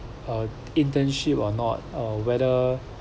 uh internship or not uh whether